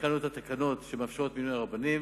התקנו את התקנות שמאפשרות מינוי רבנים,